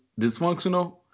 Dysfunctional